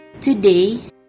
Today